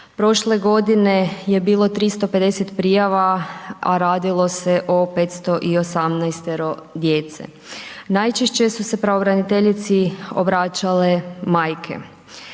Prošle godine je bilo 350 prijava a radilo se o 518.-tero djece. Najčešće su se pravobraniteljici obraćale majke.